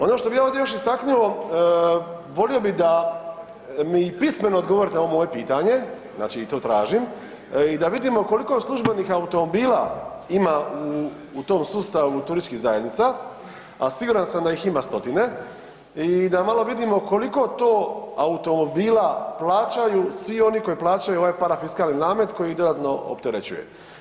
Ono što bi ja još ovdje istaknuo volio bih da mi pismeno odgovorite na ovo moje pitanje, znači to tražim da vidimo koliko je službenih automobila ima u tom sustavu turističkih zajednica, a siguran sam da ih ima stotine i da malo vidimo koliko to automobila plaćaju svi oni koji plaćaju ovaj parafiskalni namet koji ih dodatno opterećuje.